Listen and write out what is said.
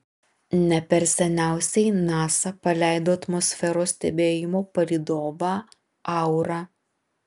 ne per seniausiai nasa paleido atmosferos stebėjimo palydovą aura